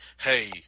hey